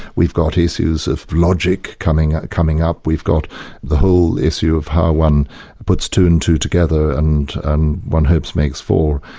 we've got issues of logic coming coming up, we've got the whole issue of how one puts two and two together and and one hopes makes four.